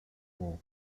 war